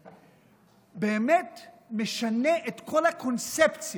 באמת משנה את כל הקונספציה.